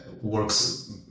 works